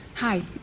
Hi